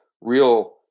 real